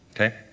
Okay